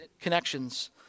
connections